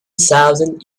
thousand